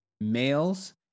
males